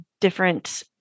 different